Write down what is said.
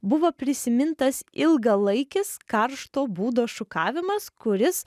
buvo prisimintas ilgalaikis karšto būdo šukavimas kuris